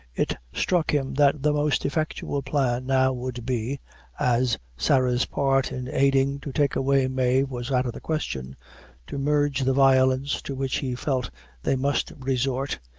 it struck him that the most effectual plan now would be as sarah's part in aiding to take away mave was out of the question to merge the violence to which he felt they must resort,